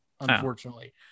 Unfortunately